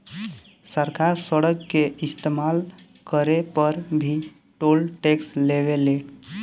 सरकार सड़क के इस्तमाल करे पर भी टोल टैक्स लेवे ले